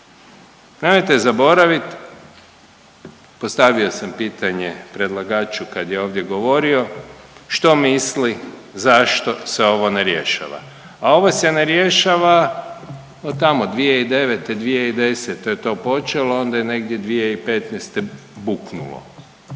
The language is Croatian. Nemojte zaboravit, postavio sam pitanje predlagaču kad je ovdje govorio što misli zašto se ovo ne rješava, a ovo se ne rješava od tamo 2009., 2010. je to počelo onda je negdje 2015. puknulo.